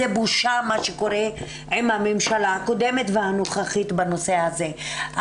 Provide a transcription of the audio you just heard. זה בושה מה שקורה עם הממשלה הקודמת והנוכחית בנושא הזה.